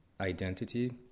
identity